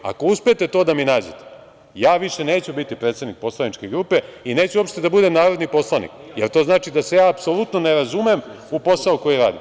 Ako uspete to da mi nađete, ja više neću biti predsednik poslaničke grupe i uopšte neću da budem narodni poslanik, jer to znači da se ja apsolutno ne razumem u posao koji radim.